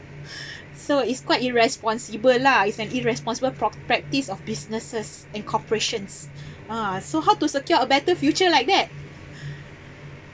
so it's quite irresponsible lah it's an irresponsible prop~ practice of businesses and corporations ah so how to secure a better future like that